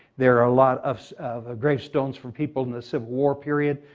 there are a lot of so of grave stones from people in the civil war period.